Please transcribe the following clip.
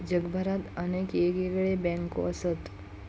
जगभरात अनेक येगयेगळे बँको असत